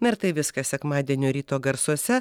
na ir tai viskas sekmadienio ryto garsuose